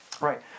Right